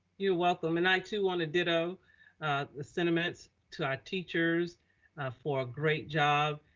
you're welcome and i too wanna ditto the sentiments to our teachers for a great job.